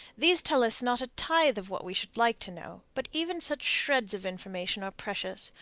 these tell us not a tithe of what we should like to know but even such shreds of information are precious,